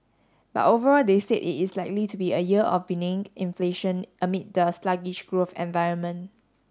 but overall they said it is likely to be a year of benign inflation amid the sluggish growth environment